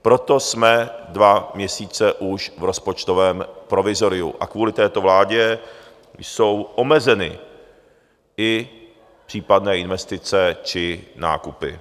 Proto jsme už dva měsíce v rozpočtovém provizoriu a kvůli této vládě jsou omezeny i případné investice či nákupy.